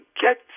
get